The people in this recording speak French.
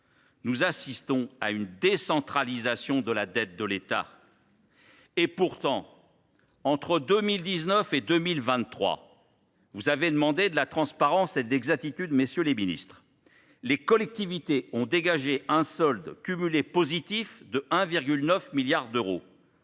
nous assistons à une décentralisation de la dette de l’État. Pourtant, entre 2019 et 2023, l’exécutif a demandé de la transparence et de l’exactitude. Les collectivités ont dégagé un solde cumulé positif de 1,9 milliard d’euros,